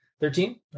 Thirteen